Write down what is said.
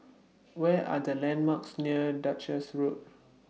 What Are The landmarks near Duchess Road